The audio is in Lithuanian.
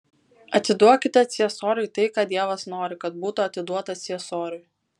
atiduokite ciesoriui tai ką dievas nori kad būtų atiduota ciesoriui